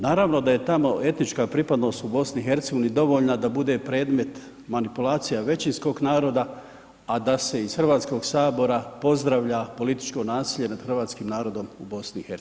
Naravno da je tamo etnička pripadnost u BiH-u dovoljna da bude predmet manipulacije većinskog naroda a da se iz Hrvatskog sabora pozdravlja političko nasilje nad hrvatskim narodom u BiH-u.